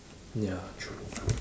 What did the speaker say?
ya true